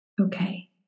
Okay